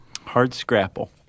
Hard-scrapple